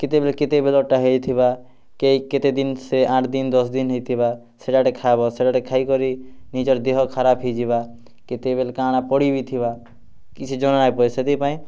କେତେବେଲେ କେତେବେଲର୍ଟା ହେଇଥିବା କେ କେତେ ଦିନ୍ ସେ ଆଠ୍ ଦିନ୍ ଦଶ୍ ଦିନ୍ ହେଇଥିବା ସେଟା ଗୁଟେ ଖାଏବ ସେଟାଟେ ଖାଇ କରି ନିଜର ଦେହ ଖରାପ୍ ହେଇଯିବା କେତେବେଲେ କାଣା ପଡ଼ିବିଥିବା କିଛି ଜଣା ନାଇଁପଡେ ସେଥିପାଇଁ